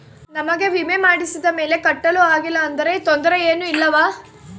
ನಮಗೆ ವಿಮೆ ಮಾಡಿಸಿದ ಮೇಲೆ ಕಟ್ಟಲು ಆಗಿಲ್ಲ ಆದರೆ ತೊಂದರೆ ಏನು ಇಲ್ಲವಾ?